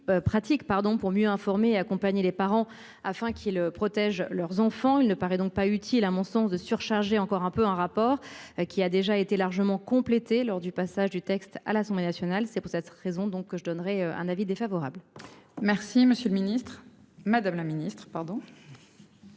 pour mieux informer et accompagner les parents afin qu'ils protègent leurs enfants ils ne paraît donc pas utile, à mon sens de surcharger encore un peu un rapport qui a déjà été largement complété lors du passage du texte à l'Assemblée nationale. C'est pour cette raison, donc que je donnerai un avis défavorable. Merci, monsieur le Ministre, Madame la Ministre pardon.